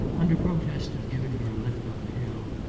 under protest of giving her a lift up the hill,